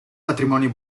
patrimonio